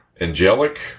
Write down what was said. angelic